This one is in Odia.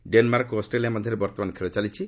ଡେନ୍ମାର୍କ ଓ ଅଷ୍ଟ୍ରେଲିଆ ମଧ୍ୟରେ ବର୍ତ୍ତମାନ ଖେଳ ଚାଲିଛି